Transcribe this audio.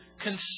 consume